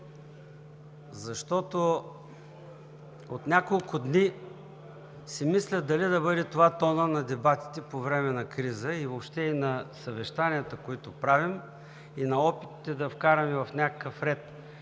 защото от няколко дни си мисля дали това да бъде тонът на дебатите по време на криза и въобще на съвещанията, които правим, и на опитите да вкараме в някакъв ред